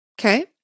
Okay